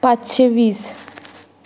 पांचशें वीस